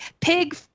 pig